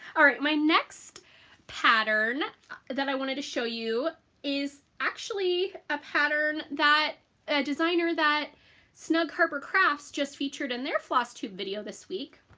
all right. my next pattern that i wanted to show you is actually a pattern that a designer that snug harbor crafts just featured in their fosstube video this week.